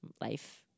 life